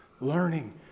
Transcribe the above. learning